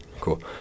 cool